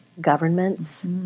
governments